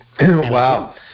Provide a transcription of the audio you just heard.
Wow